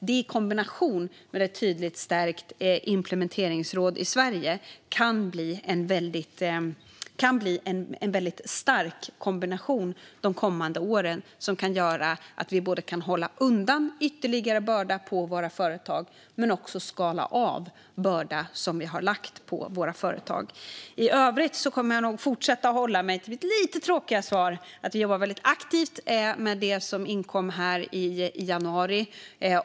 Detta kan tillsammans med ett tydligt stärkt implementeringsråd i Sverige bli en väldigt stark kombination de kommande åren för att både hålla undan ytterligare bördor på våra företag och lyfta av bördor som vi har lagt på våra företag. I övrigt kommer jag nog att fortsätta att hålla mig till mitt lite tråkiga svar att vi jobbar väldigt aktivt med det som inkom i januari.